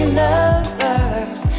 lovers